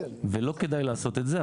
ולא כדאי לעשות את זה,